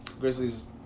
Grizzlies